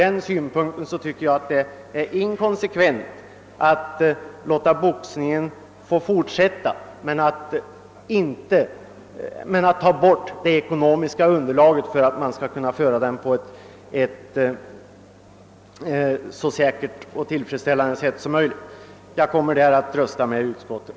Jag tycker att det är inkonsekvent att även i fortsättningen tillåta boxning men ta bort det ekonomiska underlaget för att den skall kunna utövas på ett så säkert och tillfredsställande sätt som möjligt. Jag kommer på den punkten att rösta med utskottet.